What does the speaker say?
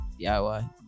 DIY